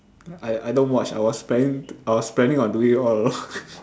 I I don't watch I was planning I was planning on doing it all along